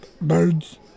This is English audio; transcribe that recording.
birds